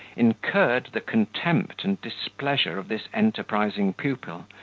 incurred the contempt and displeasure of this enterprising pupil,